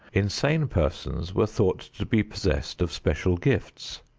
insane persons were thought to be possessed of special gifts.